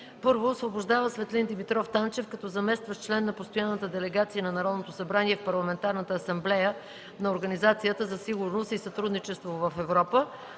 1. Освобождава Светлин Димитров Танчев като заместващ член на Постоянната делегация на Народното събрание в Парламентарната асамблея на Организацията за сигурност и сътрудничество в Европа.